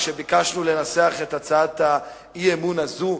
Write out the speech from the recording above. כשביקשנו לנסח את הצעת האי-אמון הזו,